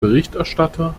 berichterstatter